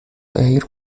ایر